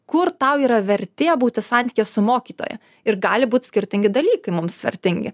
kur tau yra vertė būti santykyje su mokytoja ir gali būt skirtingi dalykai mums vertingi